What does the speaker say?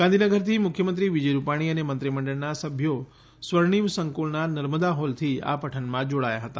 ગાંધીનગરથી મુખ્યમંત્રી વિજય રૂપાણી અને મંત્રીમંડળના સભ્યો સ્વર્ણિમ સંકુલના નર્મદા હોલથી આ પઠનમાં જોડાયા હતા